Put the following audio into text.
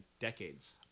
decades